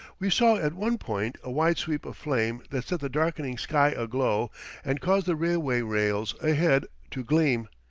we saw at one point a wide sweep of flame that set the darkening sky aglow and caused the railway-rails ahead to gleam.